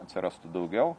atsirastų daugiau